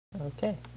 Okay